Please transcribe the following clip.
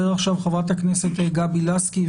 תדבר עכשיו חברת הכנסת גבי לסקי,